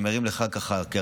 אני מרים לך להנחתה כרעיון: